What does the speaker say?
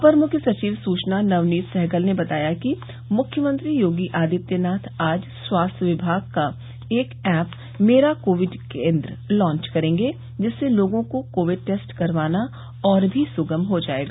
अपर मुख्य सचिव सुचना नवनीत सहगल ने बताया कि मुख्यमंत्री योगी आदित्यनाथ आज स्वास्थ्य विभाग का एक ऐप मेरा कोविड केन्द्र लांच करेंगे जिससे लोगों को कोविड टेस्ट करवाना और भी सुगम हो जायेगा